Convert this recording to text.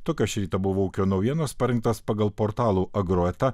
tokios šį rytą buvo ūkio naujienos parengtos pagal portalų agroeta